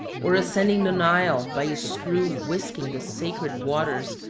or ascending the nile by a screw whisking the sacred waters,